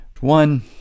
One